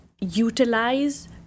utilize